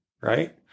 right